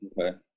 Okay